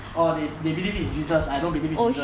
orh they they believe in jesus I don't believe in jesus